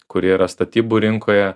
kurie yra statybų rinkoje